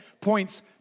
points